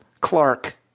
Clark